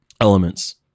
elements